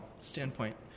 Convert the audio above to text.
standpoint